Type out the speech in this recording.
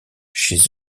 chez